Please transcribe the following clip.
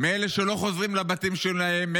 מאלה שלא חוזרים לבתים שלהם,